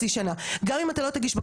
בעצם מה שרוסו אומרת,